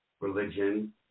religion